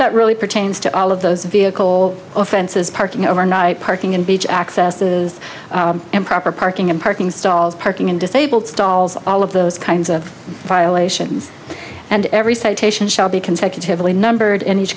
that really pertains to all of those vehicle offenses parking overnight parking and beach access to improper parking and parking stalls parking in disabled stalls all of those kinds of violations and every citation shall be consecutively numbered in each